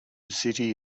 city